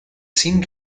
sin